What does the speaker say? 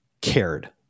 cared